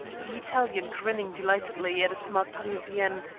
the italian grinning delightedly at a smart parisienne,